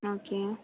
okay